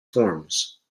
forms